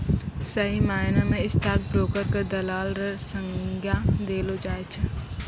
सही मायना म स्टॉक ब्रोकर क दलाल र संज्ञा देलो जाय छै